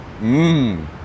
Mmm